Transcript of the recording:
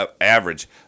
average